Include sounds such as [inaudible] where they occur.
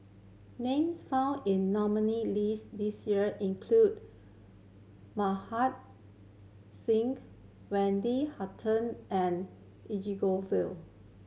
names found in nominee list this year include Mohan Singh Wendy Hutton and [unintelligible]